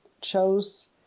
chose